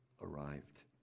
arrived